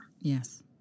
Yes